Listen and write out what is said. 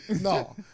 No